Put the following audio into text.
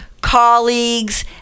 colleagues